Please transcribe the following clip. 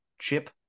chip